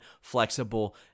flexible